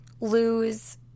lose